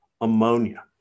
ammonia